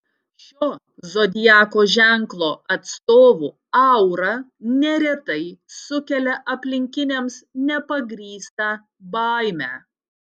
šio zodiako ženklo atstovų aura neretai sukelia aplinkiniams nepagrįstą baimę